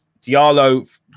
Diallo